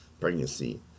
pregnancy